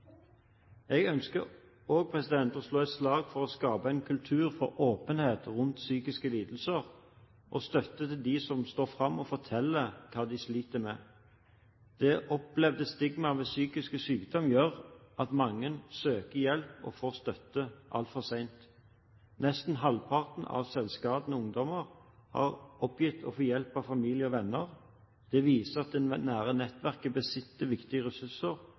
Jeg ønsker også å slå et slag for å skape en kultur for åpenhet rundt psykiske lidelser og støtte til dem som står fram og forteller hva de sliter med. Det opplevde stigma ved psykisk sykdom gjør at mange søker hjelp og får støtte altfor sent. Nesten halvparten av selvskadende ungdommer har oppgitt å få hjelp av familie og venner. Det viser at det nære nettverket besitter viktige ressurser